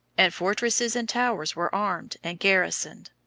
and fortresses and towers were armed and garrisoned.